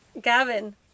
Gavin